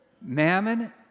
Mammon